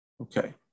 Okay